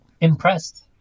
impressed